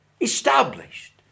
established